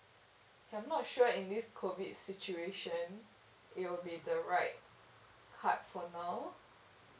ya I'm not sure in this COVID situation it will be the right card for now